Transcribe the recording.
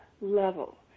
level